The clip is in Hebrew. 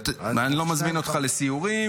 אני לא מזמין אותך לסיורים,